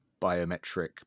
biometric